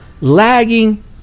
lagging